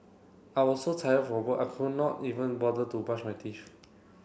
I was so tired from work I could not even bother to brush my teeth